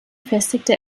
festigte